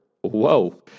Whoa